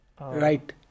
right